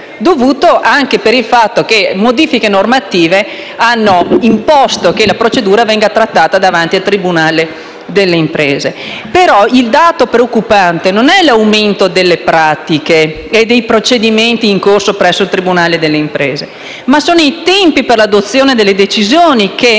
dovuto anche al fatto che alcune modifiche normative hanno imposto che la procedura venga trattata davanti al tribunale delle imprese. Il dato preoccupante non è l'aumento delle pratiche e dei procedimenti in corso presso il tribunale delle imprese, ma i tempi per l'adozione delle decisioni, che